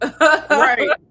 Right